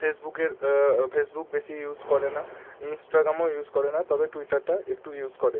ফেসবুকের ফেসবুক বেশি ইউস করে না ইনস্টাগামও ইউজ করে না তবে টুইটারটা একটু ইউজ করে